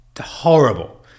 Horrible